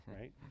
right